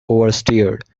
oversteered